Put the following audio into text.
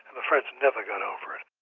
the french never got over it.